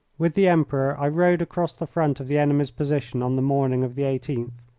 with the emperor i rode across the front of the enemy's position on the morning of the eighteenth,